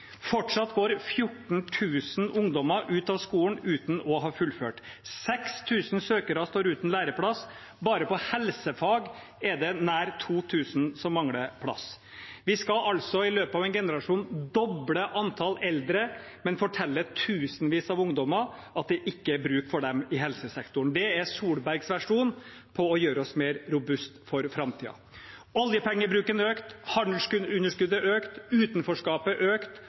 Fortsatt går 14 000 ungdommer ut av skolen uten å ha fullført. 6 000 søkere står uten læreplass. Bare på helsefag er det nær 2 000 som mangler plass. Vi skal altså i løpet av en generasjon doble antall eldre, men fortelle tusenvis av ungdommer at det ikke er bruk for dem i helsesektoren. Det er Solbergs versjon av å gjøre oss mer robuste for framtiden. Oljepengebruken er økt, handelsunderskuddet er økt, utenforskapet er økt,